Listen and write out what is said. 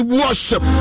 worship